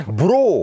bro